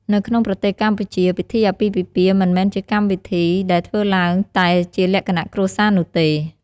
នៅក្នុងប្រទេសកម្ពុជា ពិធីអាពាហ៍ពិពាហ៍មិនមែនជាកម្មវិធីដែលធ្វើឡើងតែជាលក្ខណៈគ្រួសារនោះទេ។